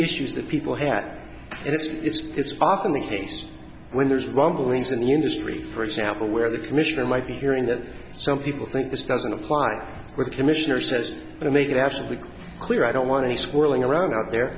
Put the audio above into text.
issues that people had and it's it's it's often the case when there's rumblings in the industry for example where the commissioner might be hearing that some people think this doesn't apply with commissioner says i make it absolutely clear i don't want to be swirling around out there